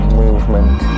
movement